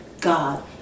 God